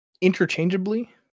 interchangeably